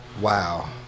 Wow